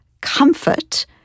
comfort